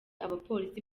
abapolisi